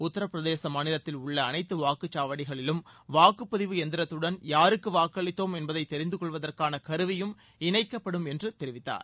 உத்தரப்பிரதேச மாநிலத்தில் உள்ள அனைத்து வாக்குச் சாவடிகளிலும் வாக்குப்பதிவு எந்திரத்துடன் யாருக்கு வாக்களித்தோம் என்பதை தெரிந்து கொள்வதற்கான கருவியும் இணைக்கப்படும் என்று அவர் தெரிவித்தார்